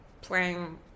playing